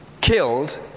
killed